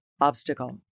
obstacle